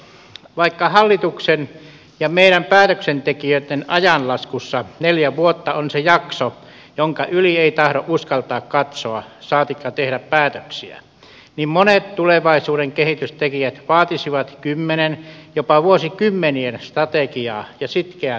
vaikka hallituksen ja meidän päätöksentekijöitten ajanlaskussa neljä vuotta on se jakso jonka yli ei tahdo uskaltaa katsoa saatikka tehdä päätöksiä niin monet tulevaisuuden kehitystekijät vaatisivat kymmenen jopa vuosikymmenien strategiaa ja sitkeää toteuttamista